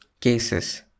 cases